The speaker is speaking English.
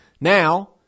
Now